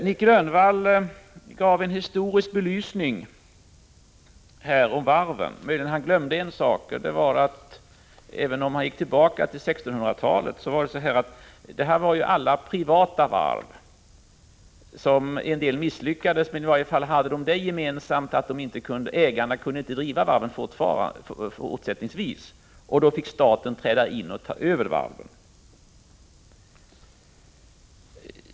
Nic Grönvall gav en beskrivning av varven i historisk belysning och gick tillbaka ända till 1600-talet, men han glömde en sak. Det var nämligen hela tiden fråga om privata varv, och även om inte alla företag gick omkull så hade dei varje fall det gemensamt att ägarna inte kunde driva varven fortsättningsvis, och staten fick då träda in och ta över dem.